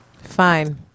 Fine